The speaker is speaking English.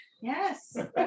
Yes